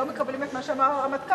שלא מקבלים את מה שאמר הרמטכ"ל.